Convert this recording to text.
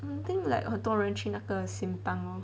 I think like 很多人去那个 simpang lor